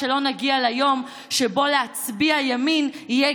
שלא נגיע ליום שבו להצביע ימין יהיה